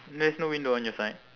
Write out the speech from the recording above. there's no window on your side